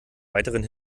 weiteren